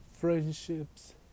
Friendships